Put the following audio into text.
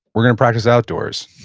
we're going to practice outdoors.